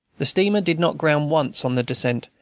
the steamer did not ground once on the descent,